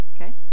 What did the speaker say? Okay